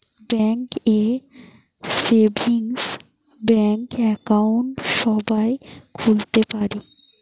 bank এ savings bank account সবাই খুলতে পারে